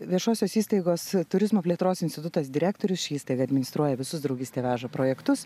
viešosios įstaigos turizmo plėtros institutas direktorius ši įstaiga administruoja visus draugystė veža projektus